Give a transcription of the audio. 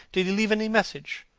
did he leave any message?